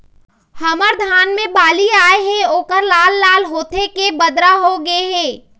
हमर धान मे बाली आए हे ओहर लाल लाल होथे के बदरा होथे गे हे?